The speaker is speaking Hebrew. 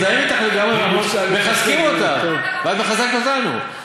מחזקים אותך, ואת מחזקת אותנו.